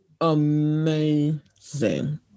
amazing